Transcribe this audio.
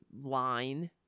line